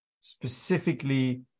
specifically